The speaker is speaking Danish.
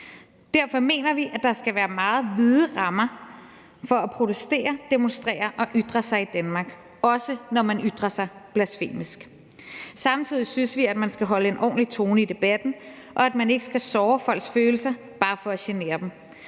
Derfor mener vi, at der skal være meget vide rammer for at protestere, demonstrere og ytre sig i Danmark, også når man ytrer sig blasfemisk. Samtidig synes vi, at man skal holde en ordentlig tone i debatten, og at man ikke skal såre folks følelser bare for at genere dem.